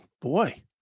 boy